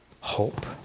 hope